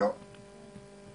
לא.